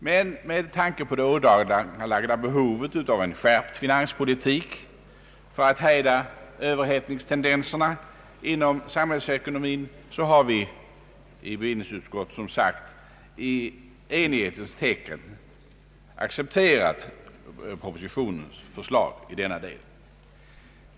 Med tanke på det ådagalagda behovet av en skärpt finanspolitik för att hejda överhettningstendenserna inom samhällsekonomin har vi i bevillningsutskottet som sagt i enighetens tecken dock accepterat propositionens förslag i denna del.